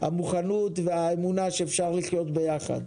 המוכנות והאמונה שאפשר לחיות ביחד,